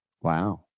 Wow